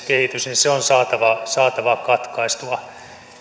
yleinen joukkoliikenteen näivettymiskehitys on saatava saatava katkaistua